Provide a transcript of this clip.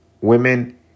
women